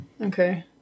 Okay